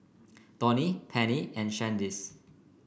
Donie Pennie and Shaniece